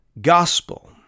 gospel